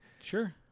sure